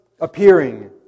appearing